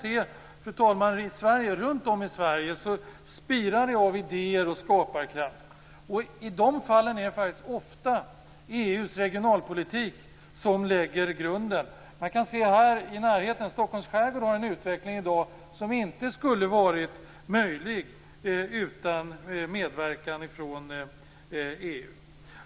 Vi kan se hur det runtom i Sverige spirar av idéer och skaparkraft. I de fallen är det faktiskt ofta EU:s regionalpolitik som lägger grunden. Det kan man se här i närheten. Stockholms skärgård har i dag en utveckling som inte skulle varit möjlig utan medverkan från EU.